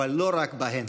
אבל לא רק בהן,